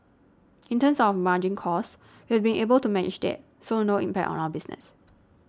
in terms of our margin costs we've been able to manage that so no impact on our business